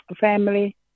family